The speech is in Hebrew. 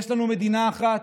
יש לנו מדינה אחת,